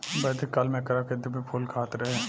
वैदिक काल में एकरा के दिव्य फूल कहात रहे